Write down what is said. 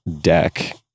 deck